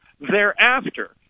thereafter